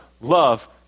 love